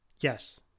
Yes